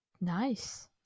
nice